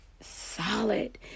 solid